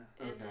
Okay